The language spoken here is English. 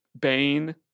Bane